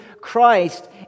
Christ